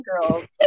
girl's